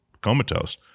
comatose